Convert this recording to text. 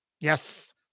Yes